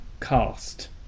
cast